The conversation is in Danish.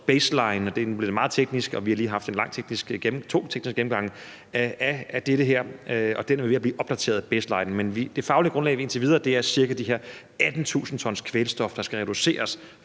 baselinen, og det er blevet meget teknisk. Vi har lige haft to lange tekniske gennemgange af dette her, og den baseline er ved at blive opdateret. Men det faglige grundlag indtil videre er cirka de her 18.000 t kvælstof, der skal reduceres,